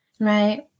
Right